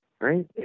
right